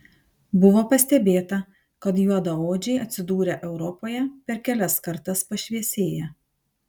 buvo pastebėta kad juodaodžiai atsidūrę europoje per kelias kartas pašviesėja